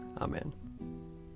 Amen